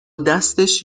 دستش